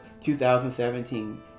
2017